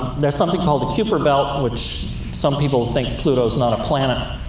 there's something called the kuiper belt, which some people think pluto's not a planet,